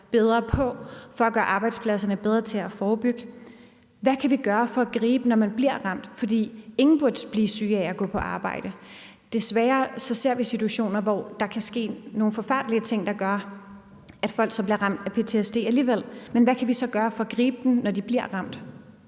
bedre på til at blive bedre til at forebygge? Hvad kan vi gøre for at gribe folk, når de bliver ramt? For ingen burde blive syge af at gå på arbejde. Desværre ser vi situationer, hvor der kan ske nogle forfærdelige ting, der gør, at folk så bliver ramt af ptsd alligevel, men hvad kan vi så gøre for at gribe dem, når de bliver ramt?